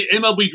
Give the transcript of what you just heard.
MLB